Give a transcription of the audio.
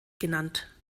genannt